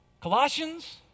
Colossians